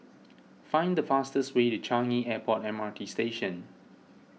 find the fastest way to Changi Airport M R T Station